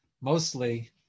mostly